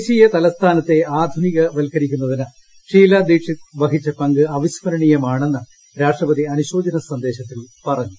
ദേശീയ തലസ്ഥാനത്തെ ആധുനിക വൽകരിക്കുന്നതിന് ഷീലാ ദീക്ഷിത് വഹിച്ച പങ്ക് അവിസ്മരണീയമാണെന്ന് രാഷട്രപതി അനുശോചന സന്ദേശത്തിൽ പറഞ്ഞു